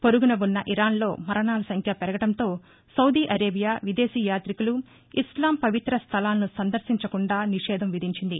పొరుగున ఉన్న ఇరాన్లో మరణాల సంఖ్య పెరగడంతో సౌదీ అరేబియా విదేశీ యాతికులు ఇస్లాం పవిత్ర స్వలాలను సందర్భించకుండా నిషేధం విధించింది